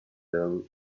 ill